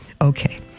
Okay